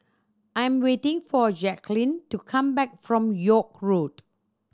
I'm waiting for Jacklyn to come back from York Road